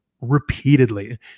repeatedly